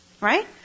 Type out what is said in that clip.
Right